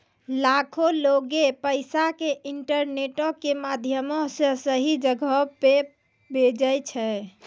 लाखो लोगें पैसा के इंटरनेटो के माध्यमो से सही जगहो पे भेजै छै